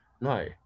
no